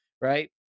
Right